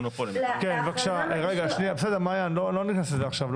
לא ניכנס לזה עכשיו.